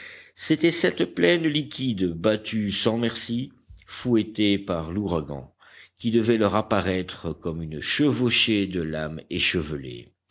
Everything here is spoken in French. c'était cette plaine liquide battue sans merci fouettée par l'ouragan qui devait leur apparaître comme une chevauchée de lames échevelées